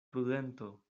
prudento